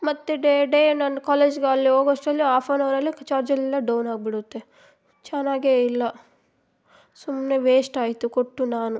ಮತ್ತು day day ನಾನು ಕಾಲೇಜ್ಗೆ ಅಲ್ಲೇ ಹೋಗೋಷ್ಟರಲ್ಲೇ ಆಫ್ ಆ್ಯನ್ ಅವರಲ್ಲೇ ಚಾರ್ಜ್ ಎಲ್ಲ ಡೌನ್ ಆಗಿಬಿಡುತ್ತೆ ಚೆನ್ನಾಗೆ ಇಲ್ಲ ಸುಮ್ಮನೆ ವೇಶ್ಟ್ ಆಯಿತು ಕೊಟ್ಟು ನಾನು